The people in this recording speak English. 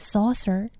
Saucer